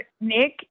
Nick